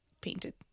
painted